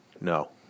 no